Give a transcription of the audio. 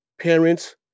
parents